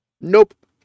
Nope